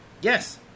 Yes